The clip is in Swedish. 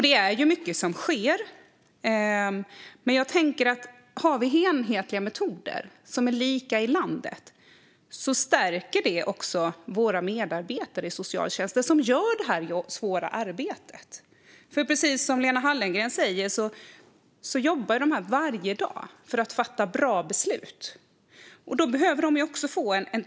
Det är mycket som sker. Om det finns enhetliga metoder - lika i landet - stärker det också våra medarbetare i socialtjänsten som gör det svåra arbetet. Precis som Lena Hallengren säger jobbar de varje dag för att fatta bra beslut. Då behöver de trygghet.